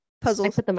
Puzzles